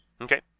Okay